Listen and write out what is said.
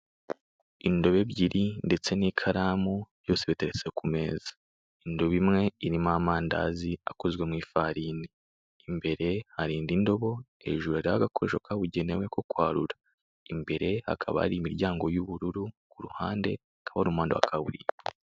Indobo ebyiri ndetse n'ikaramu byose biteretse ku meza indobo imwe irimo amandazi akozwe mu ifarini imbere hari indi ndobo hejuru hariho agakoresho kabugenewe ko kwarura, imbere hakaba hari imiryango y'ubururu kuruhande hakaba hari umuhanda wa kaburimbo.